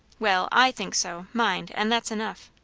well, i think so, mind, and that's enough.